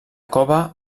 cova